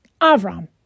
Avram